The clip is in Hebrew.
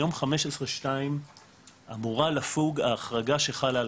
ביום 15.2 אמורה לפוג ההחרגה שחלה על